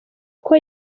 uko